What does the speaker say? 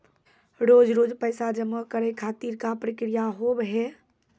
रोज रोज पैसा जमा करे खातिर का प्रक्रिया होव हेय?